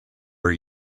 are